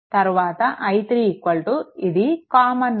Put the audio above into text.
తరువాత i3 ఇది ఒక ఉమ్మడి నోడ్